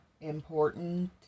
important